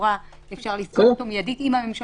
שלכאורה אפשר לסגור אותו מידית אם הממשלה